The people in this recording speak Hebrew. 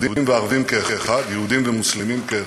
יהודים וערבים כאחד, יהודים ומוסלמים כאחד,